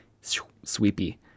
sweepy